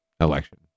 election